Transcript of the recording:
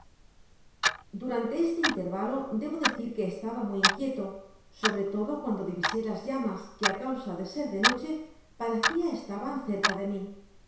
durante este intérvalo debo decir que estaba muy inquieto sobre todo cuando divisé las llamas que a causa de ser de noche parecia estaban cerca de mi